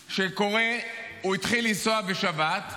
שקורה, הוא התחיל לנסוע בשבת,